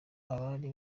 abari